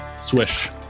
swish